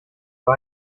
war